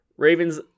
Ravens